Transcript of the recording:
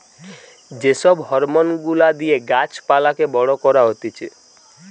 যে সব হরমোন গুলা দিয়ে গাছ পালাকে বড় করা হতিছে